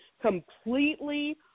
completely